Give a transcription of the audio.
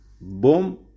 boom